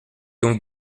donc